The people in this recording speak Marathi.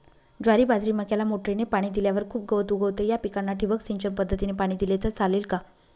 ज्वारी, बाजरी, मक्याला मोटरीने पाणी दिल्यावर खूप गवत उगवते, या पिकांना ठिबक सिंचन पद्धतीने पाणी दिले तर चालेल का?